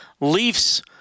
Leafs